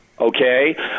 okay